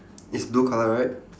is blue colour right